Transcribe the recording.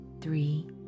three